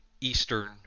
Eastern